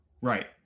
right